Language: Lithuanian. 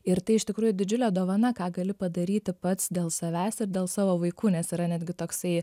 ir tai iš tikrųjų didžiulė dovana ką gali padaryti pats dėl savęs ir dėl savo vaikų nes yra netgi toksai